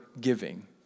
giving